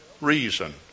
reason